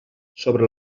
sobre